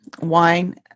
wine